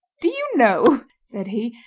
do you know said he,